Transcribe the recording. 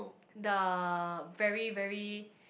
the very very